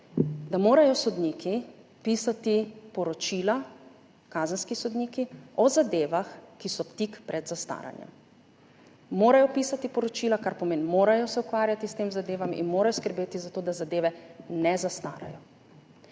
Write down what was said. da morajo sodniki pisati poročila, kazenski sodniki, o zadevah, ki so tik pred zastaranjem. Morajo pisati poročila, kar pomeni, morajo se ukvarjati s temi zadevami in morajo skrbeti za to, da zadeve ne zastarajo.